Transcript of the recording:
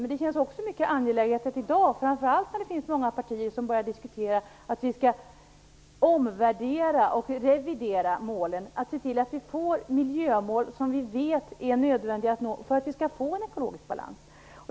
Men det känns också mycket angeläget att i dag, framför allt när det finns många partier som börjar diskutera att vi skall omvärdera och revidera målen, få miljömål som vi vet är nödvändiga för att vi skall få en ekologisk balans.